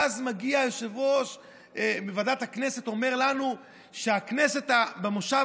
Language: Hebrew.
ואז מגיע היושב-ראש מוועדת הכנסת ואומר לנו שהכנסת במושב